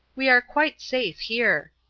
we are quite safe here,